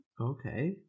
Okay